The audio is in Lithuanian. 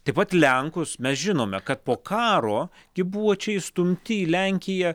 taip pat lenkus mes žinome kad po karo gi buvo čia įstumti į lenkiją